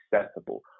accessible